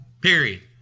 Period